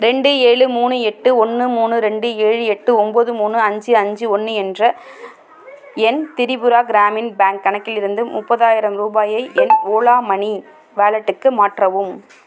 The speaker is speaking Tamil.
ரெண்டு ஏழு மூணு எட்டு ஒன்று மூணு ரெண்டு ஏழு எட்டு ஒம்போது மூணு அஞ்சு அஞ்சு ஒன்று என்ற என் திரிபுரா கிராமின் பேங்க் கணக்கிலிருந்து முப்பதாயிரம் ரூபாயை என் ஓலா மனி வாலெட்டுக்கு மாற்றவும்